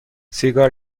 سیگار